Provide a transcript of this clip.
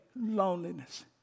loneliness